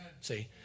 See